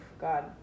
God